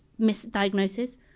misdiagnosis